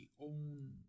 own